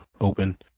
open